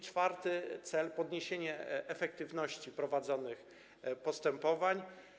Czwarty cel to podniesienie efektywności prowadzonych postępowań.